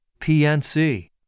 PNC